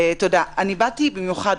באתי במיוחד,